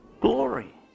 glory